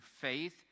faith